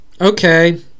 okay